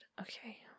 Okay